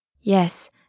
Yes